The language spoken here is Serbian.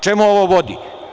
Čemu ovo vodi?